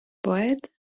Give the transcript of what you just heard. поет